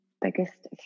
Biggest